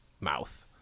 mouth